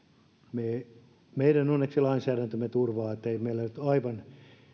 meidän onneksemme lainsäädäntömme turvaa että ei meillä nyt aivan